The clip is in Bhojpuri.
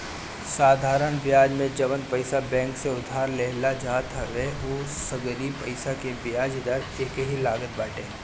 साधरण बियाज में जवन पईसा बैंक से उधार लेहल जात हवे उ सगरी पईसा के बियाज दर एकही लागत बाटे